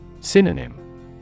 Synonym